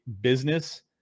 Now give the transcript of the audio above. business